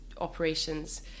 operations